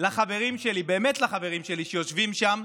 לחברים שלי, באמת לחברים שלי, שיושבים שם,